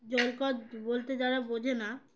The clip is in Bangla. জলকর বলতে যারা বোঝে না